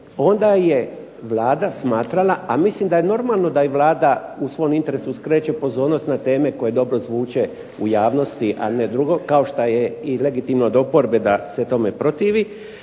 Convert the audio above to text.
onda je Vlada smatrala, a mislim da je normalno da je Vlada u svom interesu skreće pozornost na teme koje dobro zvuče u javnosti, a ne drugo. Kao što je i legitimno od oporbe da se tome protivi,